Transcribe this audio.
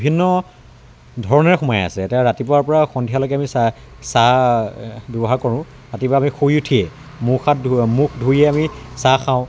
বিভিন্ন ধৰণেৰে সোমাই আছে এতিয়া ৰাতিপুৱাৰ পৰা সন্ধিয়ালৈকে আমি চাহ চাহ ব্যৱহাৰ কৰোঁ ৰাতিপুৱা আমি শুই উঠিয়েই মুখ হাত ধুই মুখ ধুইয়ে আমি চাহ খাওঁ